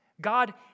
God